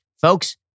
folks